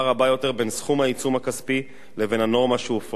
רבה יותר בין סכום העיצום הכספי לבין הנורמה שהופרה.